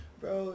bro